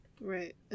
right